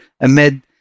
amid